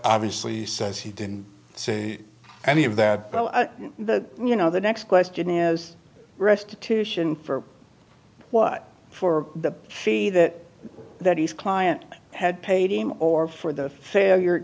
obviously says he didn't see any of that the you know the next question is restitution for what for the three that that he's client had paid him or for the failure